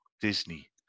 Disney